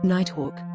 Nighthawk